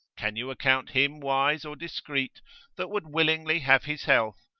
can you account him wise or discreet that would willingly have his health,